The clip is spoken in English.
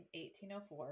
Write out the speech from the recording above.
1804